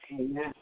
Amen